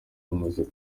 bamaze